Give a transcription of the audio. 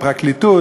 לפרקליטות,